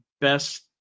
best